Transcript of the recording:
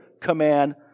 command